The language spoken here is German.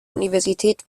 universität